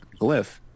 glyph